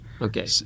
Okay